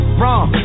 wrong